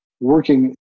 working